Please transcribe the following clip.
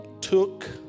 took